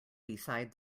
beside